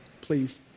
please